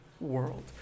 world